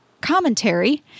commentary